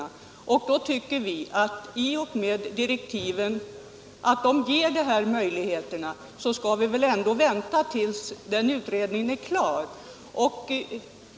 Av den anledningen tycker vi att i och med att sådana möjligheter ges i direktiven bör man kunna vänta tills utredningen blivit färdig.